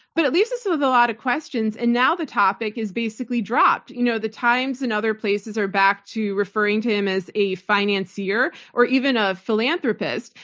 but it leaves us with a lot of questions. and now, the topic has basically dropped. you know the times and other places are back to referring to him as a financier or even a philanthropist.